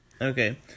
okay